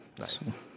Nice